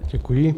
Děkuji.